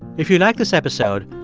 if you like this episode,